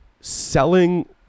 Selling